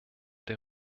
der